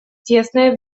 тесная